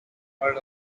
walled